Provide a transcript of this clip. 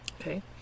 okay